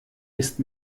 ist